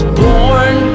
born